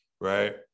right